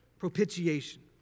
Propitiation